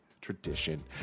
tradition